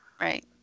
Right